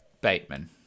Bateman